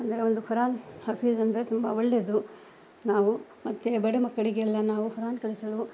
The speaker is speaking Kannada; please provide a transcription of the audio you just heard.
ಅಂದ್ರೆ ಒಂದು ಕುರಾನ್ ಹಫೀಜ್ ಅಂದ್ರೆ ತುಂಬಾ ಒಳ್ಳೆದು ನಾವು ಮತ್ತೆ ಬಡ ಮಕ್ಕಳಿಗೆ ಎಲ್ಲಾ ನಾವು ಕುರಾನ್ ಕಲಿಸಲು